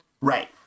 Right